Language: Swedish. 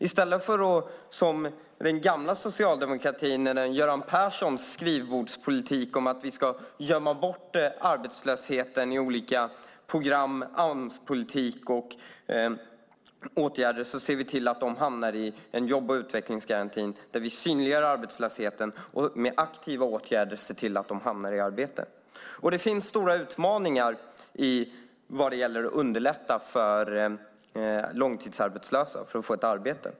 I stället för att som den gamla socialdemokratiska regeringen med Göran Perssons skrivbordspolitik ta bort arbetslösheten med olika program, Amspolitik och åtgärder ser vi till att de arbetslösa hamnar i en jobb och utvecklingsgaranti. Vi synliggör arbetslösheten och ser med aktiva åtgärder till att de hamnar i arbete. Det finns stora utmaningar med att underlätta för långtidsarbetslösa att få ett arbete.